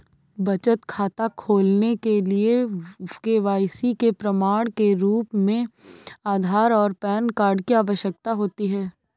बचत खाता खोलने के लिए के.वाई.सी के प्रमाण के रूप में आधार और पैन कार्ड की आवश्यकता होती है